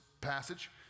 passage